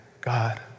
God